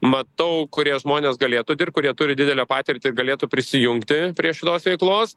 matau kurie žmonės galėtų dirbt kurie turi didelę patirtį ir galėtų prisijungti prie šitos veiklos